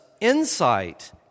insight